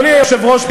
אדוני היושב-ראש,